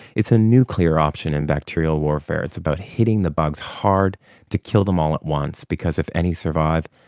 it's a nuclear option in bacterial warfare, it's about hitting the bugs hard to kill them all at once, because if any survive,